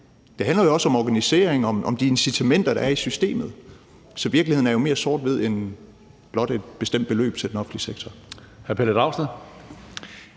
Det handler jo også om organisering og om de incitamenter, der er i systemet. Så virkeligheden er jo mere sort-hvid end blot et bestemt beløb til den offentlige sektor.